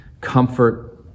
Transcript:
comfort